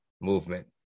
movement